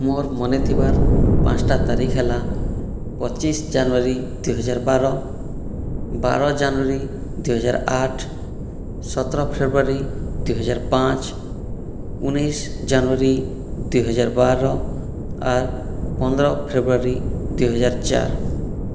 ମୋର ମନେ ଥିବାର ପାଞ୍ଚଟା ତାରିଖ ହେଲା ପଚିଶ ଜାନୁଆରୀ ଦୁଇହଜାର ବାର ବାର ଜାନୁଆରୀ ଦୁଇ ହଜାର ଆଠ ସତର ଫେବୃଆରୀ ଦୁଇ ହଜାର ପାଞ୍ଚ ଉଣେଇଶହ ଜାନୁଆରୀ ଦୁଇ ହଜାର ବାର ଆର୍ ପନ୍ଦର ଫେବୃଆରୀ ଦୁଇ ହଜାର ଚାର